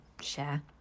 share